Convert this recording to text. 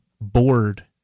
bored